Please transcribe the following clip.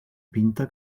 pinta